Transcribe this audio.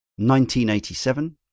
1987